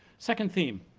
second theme,